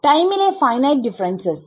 ടൈമിലെ finite differences